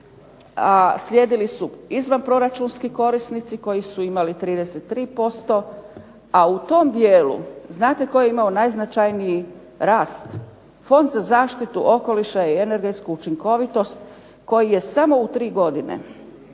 a slijedili su izvanproračunski korisnici koji su imali 33%. A u tom dijelu, znate tko je imao najznačajniji rast? Fond za zaštitu okoliša i energetsku učinkovitost, koji je samo u tri godine